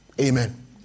Amen